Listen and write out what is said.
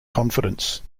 confidence